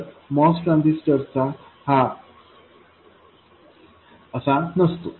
तर MOS transistor हा असा नसतो